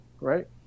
right